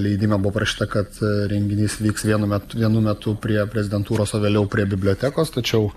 leidime buvo parašyta kad renginys vyks vienu met vienu metu prie prezidentūros o vėliau prie bibliotekos tačiau